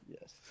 Yes